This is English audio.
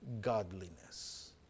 godliness